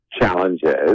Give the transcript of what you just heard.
challenges